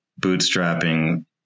bootstrapping